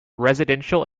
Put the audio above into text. residential